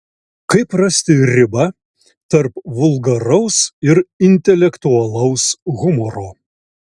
kaip rasti ribą tarp vulgaraus ir intelektualaus humoro